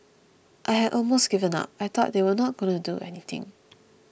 I had almost given up I thought they weren't gonna do anything